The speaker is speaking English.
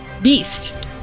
beast